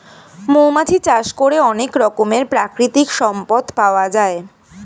মৌমাছি চাষ করে অনেক রকমের প্রাকৃতিক সম্পদ পাওয়া যায়